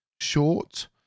short